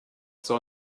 saw